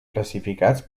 classificats